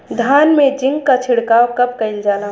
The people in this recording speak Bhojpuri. धान में जिंक क छिड़काव कब कइल जाला?